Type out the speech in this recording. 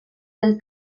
del